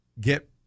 get